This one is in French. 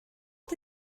ont